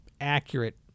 accurate